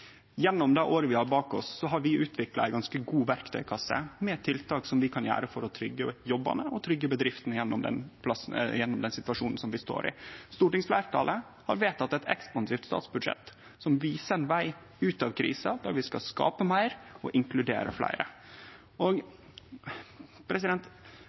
Gjennom det året vi har bak oss, har vi utvikla ei ganske god verktøykasse med tiltak som vi kan gjere for å trygge jobbane og trygge bedriftene gjennom den situasjonen vi står i. Stortingsfleirtalet har vedteke eit ekspansivt statsbudsjett som viser ein veg ut av krisa, der vi skal skape meir og inkludere fleire.